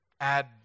add